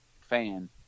fan